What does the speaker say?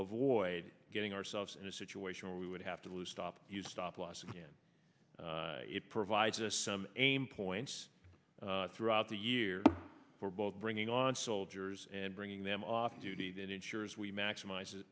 avoid getting ourselves in a situation where we would have to do stop stop loss again it provides us some aim points throughout the year for both bringing on soldiers and bringing them off duty that ensures we maximize